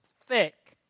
thick